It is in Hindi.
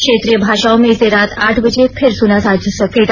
क्षेत्रीय भाषाओं में इसे रात आठ बजे फिर सुना जा सकेगा